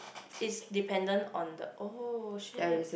it's dependent on the oh shit